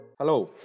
Hello